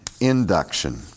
induction